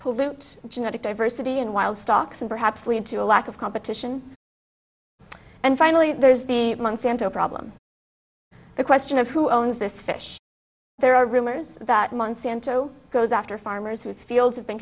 pollute genetic diversity in wild stocks and perhaps lead to a lack of competition and finally there's the monsanto problem the question of who owns this fish there are rumors that monsanto goes after farmers whose fields have been